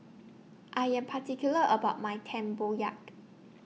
I Am particular about My Tempoyak